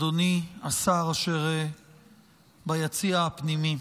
אדוני השר אשר ביציע הפנימי,